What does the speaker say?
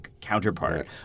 counterpart